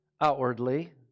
outwardly